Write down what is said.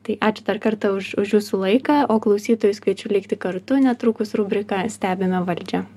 tai ačiū dar kartą už už jūsų laiką o klausytojus kviečiu likti kartu netrukus rubrika stebime valdžią